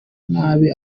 nabi